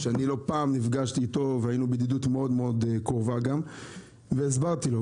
ואני נפגשתי איתו והינו בידידות מאוד קרובה והסברתי לו,